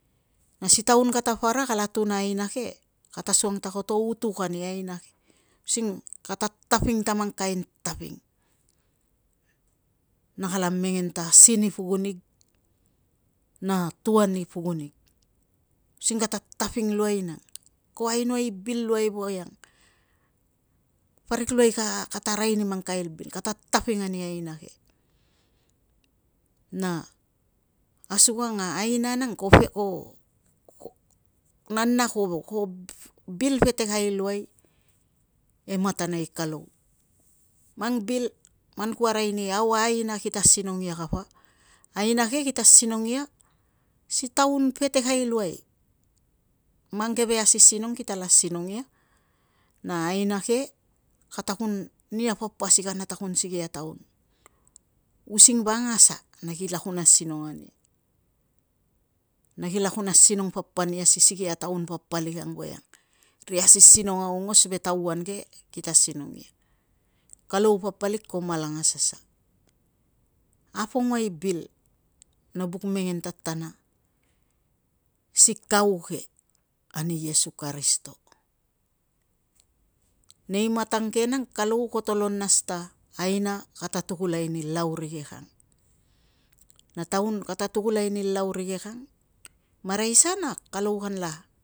Masi taun kata para gala tunaina ke, kata asukang ta koto utuk ani aina ke using kata taping ta mang kain taping na kala mengen ta sin i pukun ig, na tuan i pukun ig using kata taping luai nang. Ko ainoai i bil ang voiang parik luai kata arai ni mang kain bil, kata taping ani aina ke, na asukang a nana ko bil petekai luai e matana i kalou. Mang bil man ku arai ni au a aina kita asinong ia kapa, aina ke kita asinong ia si taun petekai luai, mang keve asisinong kitala asinong ia, na aina ke kata kun nia papa si kana kun sikei a taun using vang a sa na kila kun asinong ania? Na kila kun asinong papa nia si sikei a taun papalik ang voiang ri asisinong aongos ve tauan ke kita asinong ia. Kalou papalik ko malangas a sa, a pongua i bil no buk mengen tatana si kau ke ni iesu karisito. Nei matang ke nang kalou kolo nas ta aina kata tukulai ni lau rikei ang, na tauan kata tukulai ni lau rikei ang, maraisa na kalou kanla